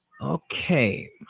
Okay